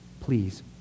Please